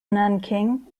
nanking